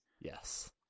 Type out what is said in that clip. Yes